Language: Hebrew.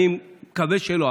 אני מקווה שלא,